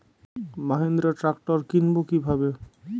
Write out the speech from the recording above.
Mahindra tractor কিনবো কি ভাবে?